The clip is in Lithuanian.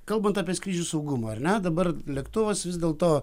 kalbant apie skrydžių saugumą ar ne dabar lėktuvas vis dėl to